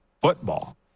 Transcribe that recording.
football